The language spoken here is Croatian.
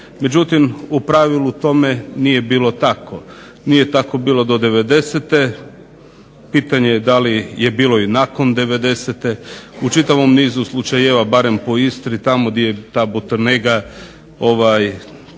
Međutim u pravilu tome nije bilo tako. Nije tako bilo do devedesete, pitanje da li je bilo i nakon devedesete. U čitavom nizu slučajeva barem po Istri tamo gdje je ta POternega seljaci